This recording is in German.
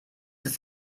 ist